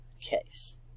case